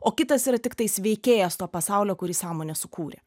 o kitas yra tiktais veikėjas to pasaulio kurį sąmonė sukūrė